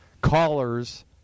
callers